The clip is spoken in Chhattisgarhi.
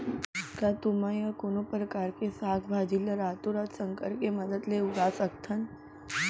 का तुमा या कोनो परकार के साग भाजी ला रातोरात संकर के मदद ले उगा सकथन?